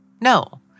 No